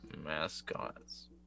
Mascots